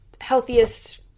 healthiest